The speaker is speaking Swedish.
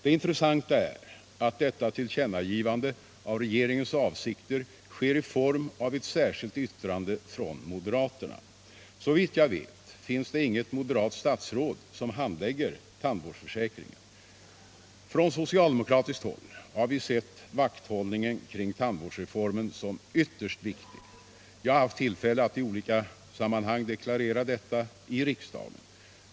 Det intressanta är att detta tillkännagivande av regeringens avsikter sker i form av ett särskilt yttrande från moderaterna. Såvitt jag vet finns det inget moderat statsråd som handlägger tandvårdsförsäkringen. Från socialdemokratiskt håll har vi sett vakthållningen kring tandvårdsreformen som ytterst viktig. Jag har haft tillfälle att i olika sammanhang deklarera detta i riksdagen.